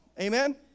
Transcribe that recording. Amen